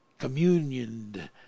communioned